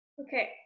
Okay